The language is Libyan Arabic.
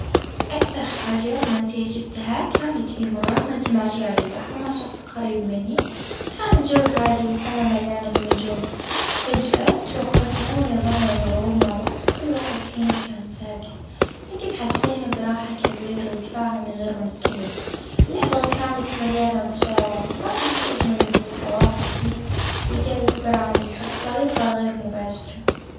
اه أكتر حاجة رومانسية شفتها! كانت زوجين كبار في العمر اه ما زالوا يمشوا اه شادين في ايد بعضهم في الحديقة في كل صبح اه حسيت اه بالحب الحقيقي اللي مينغيرش مع الوجت.